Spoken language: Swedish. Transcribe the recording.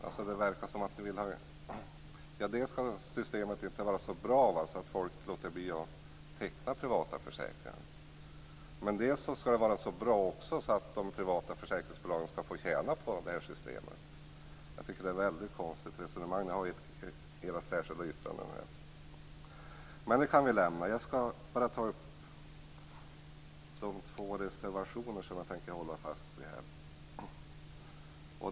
Dels skall systemet inte vara så bra att folk avstår från att teckna privata försäkringar, dels skall det vara så bra att de privata försäkringsbolagen skall få tjäna på systemet. Jag tycker att det är ett väldigt konstigt resonemang. Jag skall bara ta upp de två reservationer som jag tänkte hålla fast vid.